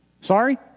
Sorry